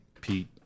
Pete